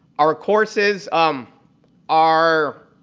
our courses um are,